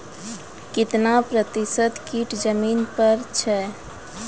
कितना प्रतिसत कीट जमीन पर हैं?